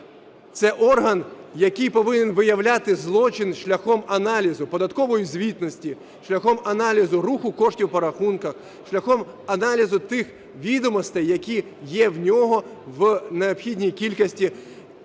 Це орган, який повинен виявляти злочин шляхом аналізу податкової звітності, шляхом аналізу руху коштів по рахунках, шляхом аналізу тих відомостей, які є в нього в необхідній кількості,